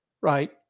right